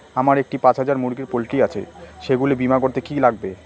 আমার একটি পাঁচ হাজার মুরগির পোলট্রি আছে সেগুলি বীমা করতে কি লাগবে?